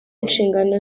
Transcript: inshingano